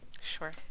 Sure